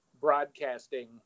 broadcasting